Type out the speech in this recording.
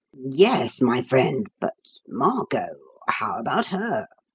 yes, my friend, but margot' how about her?